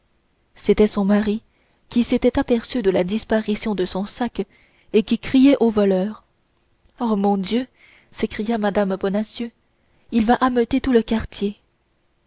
c'était son mari qui s'était aperçu de la disparition de son sac et qui criait au voleur oh mon dieu s'écria mme bonacieux il va ameuter tout le quartier